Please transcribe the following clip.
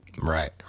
Right